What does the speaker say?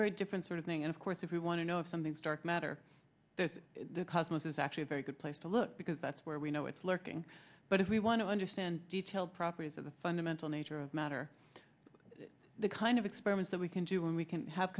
very deep sort of thing of course if you want to know if something's dark matter the cosmos is actually a very good place to look because that's where we know it's lurking but if we want to understand detailed properties of the fundamental nature of matter the kind of experiments that we can do when we can have